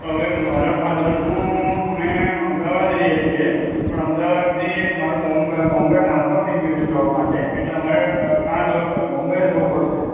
હવે મારા ફાધરનું અમે અમદાવાદ રહીએ છીએ પણ અમદાવાદથી મારું બોમ્બે ટ્રાન્સફર થઈ ગયું છે જોબ માટે એટલે અમારે ત્યાં જવું પડે બોમ્બે પડશે